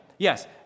Yes